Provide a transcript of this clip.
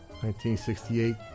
1968